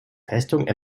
festung